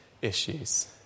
issues